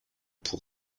pour